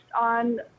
on